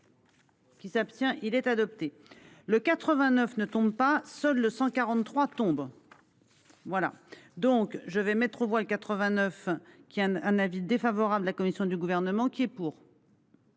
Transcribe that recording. Qui s'abstient il est adopté le 89 ne tombe pas seul le 143 tombes. Voilà donc je vais mettre aux voix 89 qui a un avis défavorable de la commission du gouvernement qui est pour.